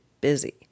busy